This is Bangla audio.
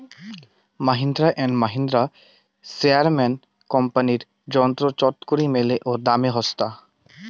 মাহিন্দ্রা অ্যান্ড মাহিন্দ্রা, স্প্রেয়ারম্যান কোম্পানির যন্ত্র চটকরি মেলে ও দামে ছস্তা